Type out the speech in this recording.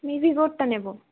আমি ভিভোরটা নেবো